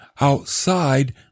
outside